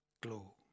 glow